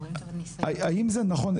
האם זה נכון,